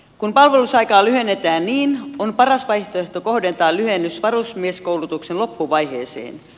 kun palvelusaikaa lyhennetään niin on paras vaihtoehto kohdentaa lyhennys varusmieskoulutuksen loppuvaiheeseen